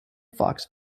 fox